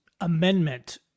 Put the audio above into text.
amendment